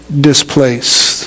displaced